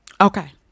okay